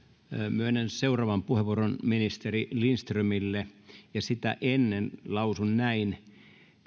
myönnän seuraavan puheenvuoron ministeri lindströmille ja sitä ennen lausun näin